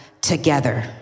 together